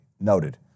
noted